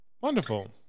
Wonderful